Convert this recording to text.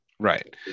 right